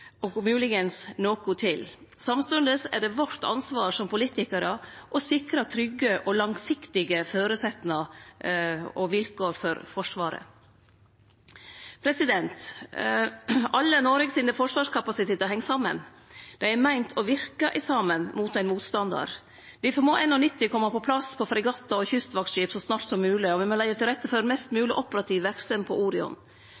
og kanskje litt til. Samstundes er det vårt ansvar som politikarar å sikre trygge og langsiktige føresetnader og vilkår for Forsvaret. Alle forsvarskapasitetane i Noreg heng saman. Dei er meinte å verke saman mot ein motstandar. Difor må NH90 kome på plass på fregattar og kystvaktskip så snart som mogleg, og me må leggje til rette for mest